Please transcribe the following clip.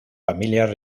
familias